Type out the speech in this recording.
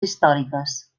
històriques